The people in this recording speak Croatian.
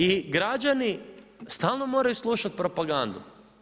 I građani stalno moraju slušati propagandu.